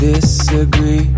Disagree